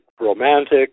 romantic